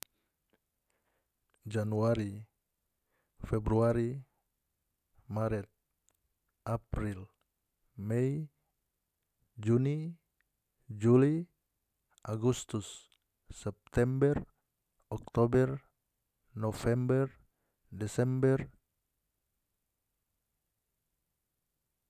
Januari februari maret april mei juni juli agustus september oktober november desember